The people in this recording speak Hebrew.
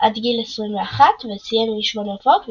עד גיל 21 וסיים עם שמונה הופעות ושער.